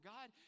God